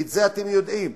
ואת זה אתם יודעים.